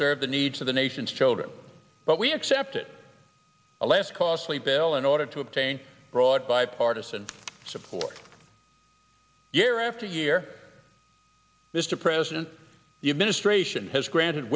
serve the needs of the nation's children but we accepted a less costly bill in order to obtain broad bipartisan support year after year mr president the administration has granted